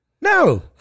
no